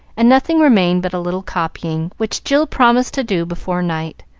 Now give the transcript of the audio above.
and nothing remained but a little copying, which jill promised to do before night.